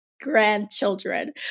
grandchildren